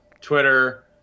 Twitter